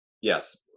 Yes